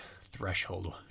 threshold